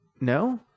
No